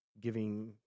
giving